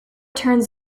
turns